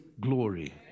glory